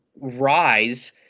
rise